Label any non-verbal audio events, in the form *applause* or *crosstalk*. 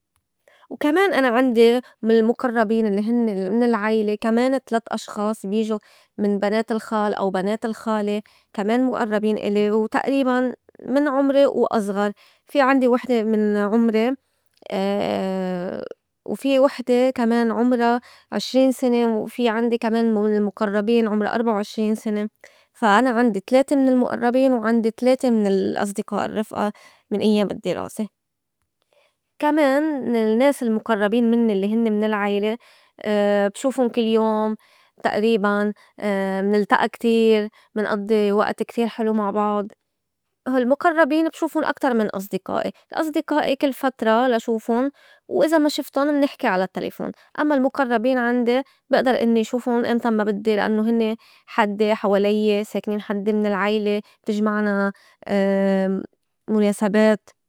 وكمان أنا عندي من المُقرّبين الّي هنّي من العيلة كمان تلات أشخاص بيجو من بنات الخال أو بنات الخالة كمان مُئرّبين إلي وتئريباً من عُمري وأزغر في عندي وحدة من عُمري، *hesitation* وفي وحدة كمان عُمرا عشرين سنة، وفي عندي كمان من المُقرّبين عُمرا أربعة وعشرين سنة، فا أنا عندي تلاتة من المُئرّبين وعندي تلاتة من الأصدقاء الرّفئة من أيّام الدراسة، كمان من النّاس المُقرّبين منّي الّي هنّي من العيلة *hesitation* بشوفُن كل يوم تئريباً، *hesitation* منلتئى كتير، منأضّي وئت كتير حلو مع بعض. المُقرّبين بشوفُن أكتر من أصدقائي الأصدقائي كل فترة لا شوفُن وإذا ما شفتُن منحكي على التليفون، أمّا المُقرّبين عندي بئدر إنّي شوفُن إمتن ما بدّي لأنّو هنّي حدّي حواليّة ساكنين حدّي من العيلة بتجمعنا *hesitation* مُناسبات.